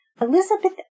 Elizabeth